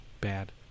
Bad